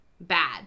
bad